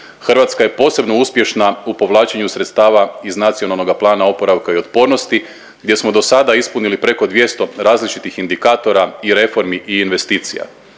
Hrvatska je posebno uspješna u povlačenju sredstava iz Nacionalnog plana oporavka i otpornosti gdje smo dosada ispunili preko 200 različitih indikatora i reformi i investicija.